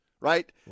right